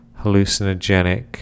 hallucinogenic